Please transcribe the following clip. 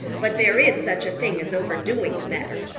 but there is such a thing as overdoing the matter.